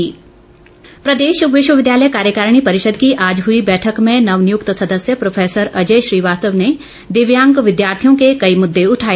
परिषद प्रदेश विश्वविद्यालय कार्यकारिणी परिषद की आज हुई बैठक में नवनियुक्त सदस्य प्रोफेसर अजय श्रीवास्तव में दिव्यांग विद्यार्थियों के कई मुददे उठाए